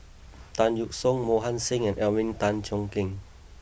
Tan Yeok Seong Mohan Singh and Alvin Tan Cheong Kheng